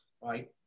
right